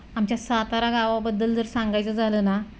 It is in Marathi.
आमच्या सातारा गावाबद्दल जर सांगायचं झालं ना